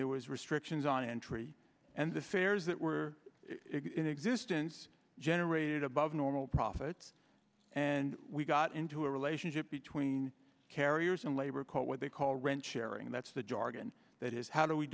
there was restrictions on entry and the fares that were existence generated above normal profits and we got into a relationship between care years and labor quote what they call rent sharing that's the jargon that is how do we